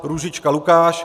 Růžička Lukáš